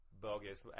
bogus